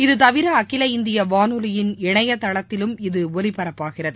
இது தவிர அகில இந்திய வானொலியின் இணையதளத்திலும் இது ஒலிபரப்பாகிறது